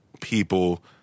people